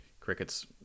Cricket's